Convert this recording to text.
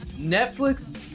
Netflix